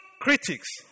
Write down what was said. critics